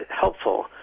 helpful